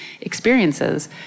experiences